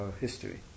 history